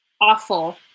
awful